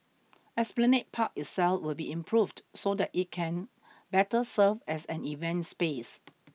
Esplanade Park itself will be improved so that it can better serve as an event space